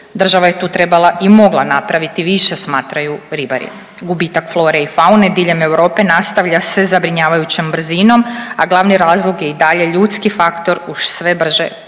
Država je tu trebala i mogla napraviti više smatraju ribari. Gubitak flore i faune diljem Europe nastavlja se zabrinjavajućom brzinom, a glavni razlog je i dalje ljudski faktor uz sve brže klimatske